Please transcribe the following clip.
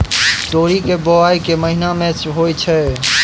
तोरी केँ बोवाई केँ महीना मे होइ छैय?